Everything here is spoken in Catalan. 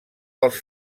dels